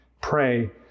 Pray